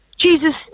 Jesus